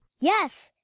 yes.